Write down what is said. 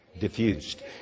diffused